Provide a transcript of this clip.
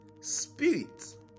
Spirit